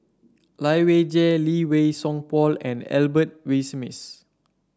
Lai Weijie Lee Wei Song Paul and Albert Winsemius